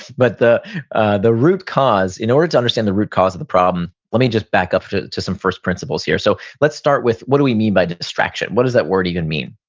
but the the root cause, in order to understand the root cause of the problem, let me just back up to to some first principles here. so let's start with, what do we mean by distraction? what does that word even mean?